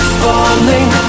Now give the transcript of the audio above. falling